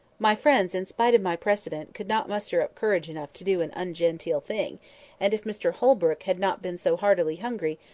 my friends, in spite of my precedent, could not muster up courage enough to do an ungenteel thing and, if mr holbrook had not been so heartily hungry,